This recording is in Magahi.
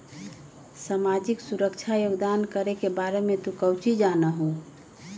सामाजिक सुरक्षा योगदान करे के बारे में तू काउची जाना हुँ?